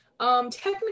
Technically